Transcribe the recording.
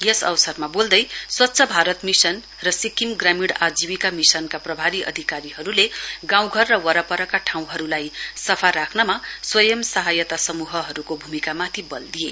यस अवसरमा बोल्दै स्वच्छ भारत मिशन र सिक्किम ग्रामीण आजीविका मिशनका प्रभारी अधिकारीहरुले गाउँघर र वपरपका ठाउँहरुलाई सफा राख्नमा स्वयं सहायता समूहहरुको भूमिकामाथि बल दिए